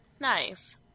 Nice